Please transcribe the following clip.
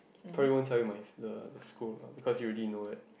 probably won't tell you my s~ the the school and all because you already know that